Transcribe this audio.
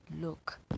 look